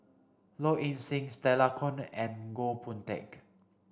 Low Ing Sing Stella Kon and Goh Boon Teck